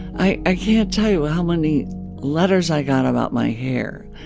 i i can't tell you how many letters i got about my hair.